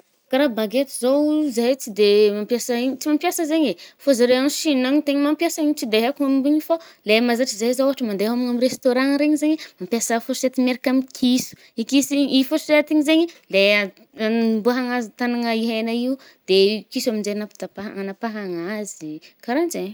Kà raha baguette zaoo, zahay tsy de mampiasa igny. Tsy mampiasa zaigny e, fô zare agny Chine agny tegna mampiasa anigny. Tsy de aiko momban’igny fô, le mazatra zahe zao ôhatra mande amy restaurant regny zaigny, mampiasa fourchette miaraka amy kiso i kiso igny fourchette igny zaigny i le agnambôàhagnazy tanagna hegna io de i kiso aminje agnaptapaha-anapahagna azy, karahanjay.